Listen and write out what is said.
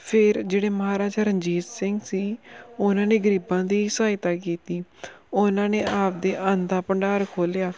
ਫਿਰ ਜਿਹੜੇ ਮਹਾਰਾਜਾ ਰਣਜੀਤ ਸਿੰਘ ਸੀ ਉਹਨਾਂ ਨੇ ਗਰੀਬਾਂ ਦੀ ਸਹਾਇਤਾ ਕੀਤੀ ਉਹਨਾਂ ਨੇ ਆਪਣੇ ਅੰਨ ਦਾ ਭੰਡਾਰ ਖੋਲਿਆ